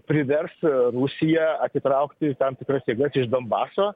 privers rusiją atitraukti tam tikras jėgas iš donbaso